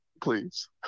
please